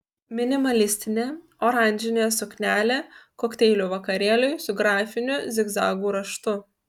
minimalistinė oranžinė suknelė kokteilių vakarėliui su grafiniu zigzagų raštu